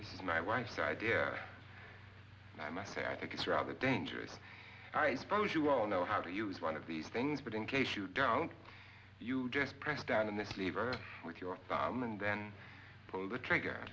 coffins my worst idea i must say i think it's rather dangerous i suppose you all know how to use one of these things but in case you don't you just press down on this lever with your thumb and then pull the trigger